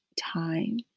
time